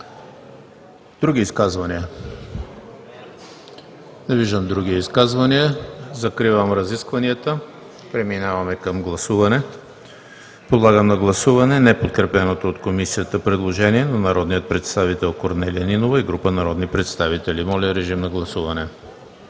Други изказвания? Не виждам. Закривам разискванията. Преминаваме към гласуване. Подлагам на гласуване неподкрепеното от Комисията предложение на народния представител Корнелия Нинова и група народни представители. Гласували